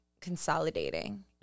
consolidating